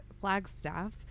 flagstaff